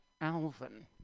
Alvin